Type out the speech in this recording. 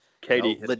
katie